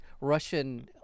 Russian